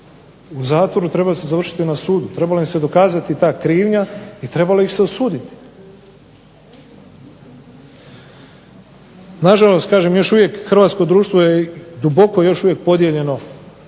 u zatvoru, trebali su završiti na sudu, trebala im se dokazati ta krivnja, i trebalo ih se osuditi. Na žalost kažem još uvijek hrvatsko društvo je duboko još uvijek podijeljeno,